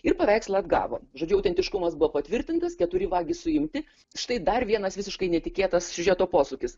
ir paveikslą atgavo žodžiu autentiškumas buvo patvirtintas keturi vagys suimti štai dar vienas visiškai netikėtas siužeto posūkis